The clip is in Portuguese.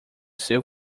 seu